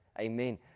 amen